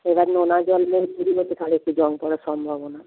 এবার নোনা জলগুলো যদি ঢোকে তাহলে একটু জং পড়ার সম্ভাবনা